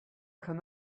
can